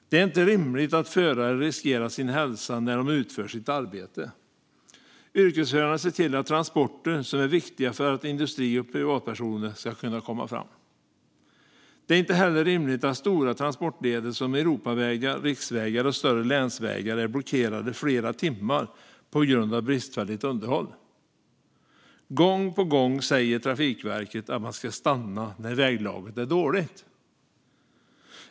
Det är inte rimligt att förare riskerar sin hälsa när de utför sitt arbete. Yrkesförarna ser till att transporter som är viktiga för industri och privatpersoner kommer fram. Det är inte heller rimligt att stora transportleder som Europavägar, riksvägar och större länsvägar är blockerade i flera timmar på grund av bristfälligt underhåll. Gång på gång säger Trafikverket att man ska stanna när väglaget är dåligt.